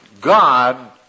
God